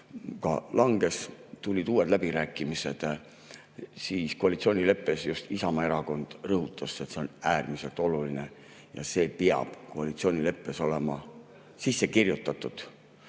langes. Tulid uued läbirääkimised ja koalitsioonileppes just Isamaa Erakond rõhutas, et see on äärmiselt oluline ja peab koalitsioonileppesse olema sisse kirjutatud.